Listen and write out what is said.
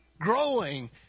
growing